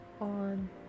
on